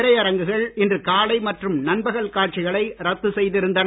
திரையரங்குகள் இன்று காலை மற்றும் நண்பகல் காட்சிகளை ரத்து செய்திருந்தன